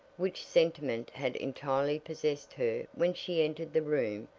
which sentiment had entirely possessed her when she entered the room,